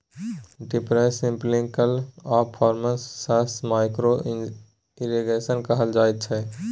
drippers, sprinkle आ foggers सँ micro irrigation कहल जाइत छै